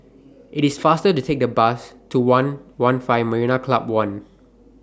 IT IS faster to Take The Bus to one one'lfive Marina Club one